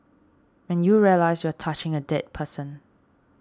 and you realise you are touching a dead person